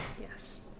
yes